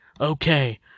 okay